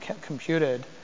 computed